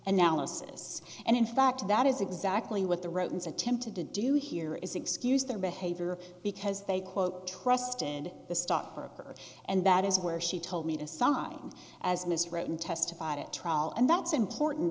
analysis and in fact that is exactly what the romans attempted to do here is excuse their behavior because they quote trusted the stock broker and that is where she told me to sign as ms written testified at trial and that's important